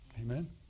Amen